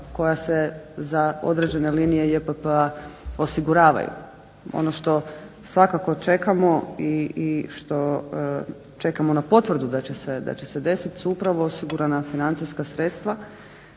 koja se za određene linije JPPa-a osiguravaju. Ono što svakako čekamo i čekamo na potvrdu da će se desiti su upravo osigurana financijska sredstva